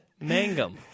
Mangum